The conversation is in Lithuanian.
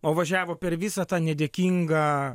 o važiavo per visą tą nedėkingą